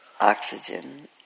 oxygen